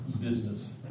business